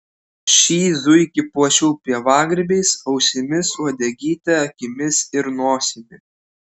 šį zuikį puošiau pievagrybiais ausimis uodegyte akimis ir nosimi